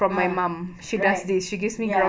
ah right ya